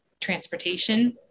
transportation